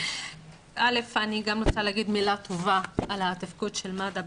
אני גם רוצה להגיד מילה טובה על התפקוד של מד"א.